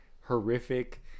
horrific